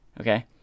okay